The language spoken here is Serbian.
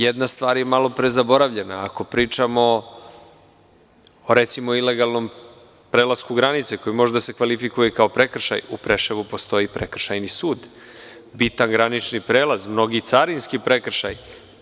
Jedna stvar je malopre zaboravljena, ako pričamo o ilegalnom prelasku granice koji može da se kvalifikuje kao prekršaj, u Preševu postoji Prekršajni sud, bitan granični prelaz, mnogi carinski prekršaji.